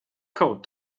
coat